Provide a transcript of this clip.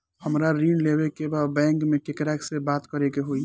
हमरा ऋण लेवे के बा बैंक में केकरा से बात करे के होई?